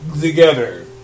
together